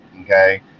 okay